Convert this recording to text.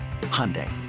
Hyundai